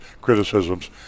criticisms